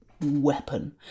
weapon